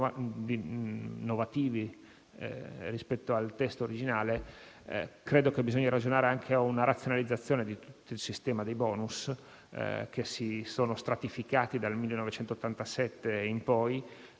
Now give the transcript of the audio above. rispetto al testo originale. Credo si debba ragionare anche su una razionalizzazione di tutto il sistema dei *bonus*, che si sono stratificati dal 1987 in poi.